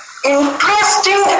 interesting